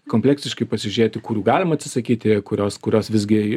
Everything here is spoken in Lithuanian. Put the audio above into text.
kompleksiškai pasižiūrėti kur galima atsisakyti kurios kurios visgi